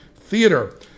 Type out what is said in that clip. Theater